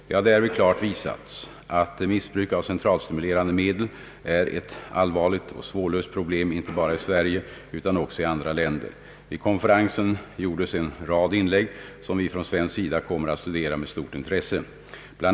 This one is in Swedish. Det har därvid klart visats att missbruk av centralstimulerande medel är ett allvarligt och svårlöst problem inte bara i Sverige utan också i andra länder. Vid konferensen gjordes en rad inlägg, som vi från svensk sida kommer att studera med stort intresse. Bl.